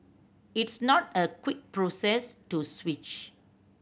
it's not a quick process to switch